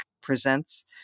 presents